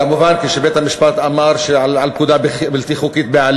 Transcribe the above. כמובן שכשבית-המשפט אמר על פקודה בלתי חוקית ועל